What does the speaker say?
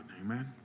Amen